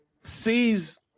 sees